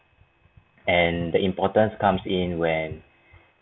and the importance comes in when